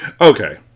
Okay